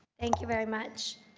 thank you very much,